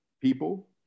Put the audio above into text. people